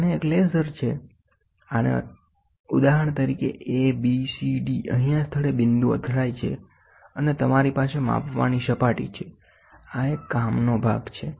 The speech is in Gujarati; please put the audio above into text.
અને આ ઉદાહરણ તરીકેA B C D અહીં આ સ્થળે બિદુ અથડાય છે અને તમારી પાસે માપવાની સપાટી છે આ એક કામનો ભાગ છે